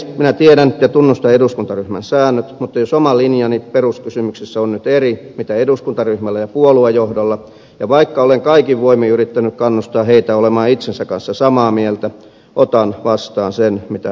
minä tiedän ja tunnustan eduskuntaryhmän säännöt mutta jos oma linjani peruskysymyksissä on nyt eri kuin eduskuntaryhmällä ja puoluejohdolla ja vaikka olen kaikin voimin yrittänyt kannustaa heitä olemaan itsensä kanssa samaa mieltä otan vastaan sen mitä tuleman pitää